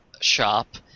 shop